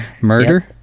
Murder